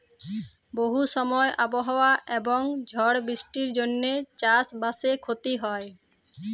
বহু সময় আবহাওয়া এবং ঝড় বৃষ্টির জনহে চাস বাসে ক্ষতি হয়